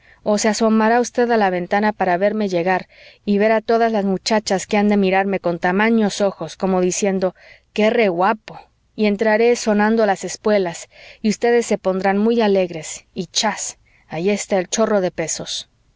o se asomará usted a la ventana para verme llegar y ver a todas las muchachas que han de mirarme con tamaños ojos como diciendo qué reguapo y entraré sonando las espuelas y ustedes se pondrán muy alegres y chas ahí está el chorro de pesos